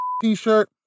t-shirt